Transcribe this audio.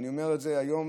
ואני אומר את זה היום,